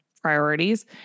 priorities